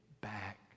back